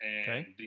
Okay